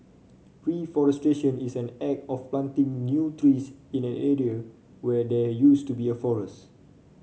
reforestation is an act of planting new trees in an area where there used to be a forest